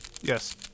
Yes